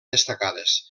destacades